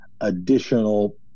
additional